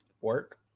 work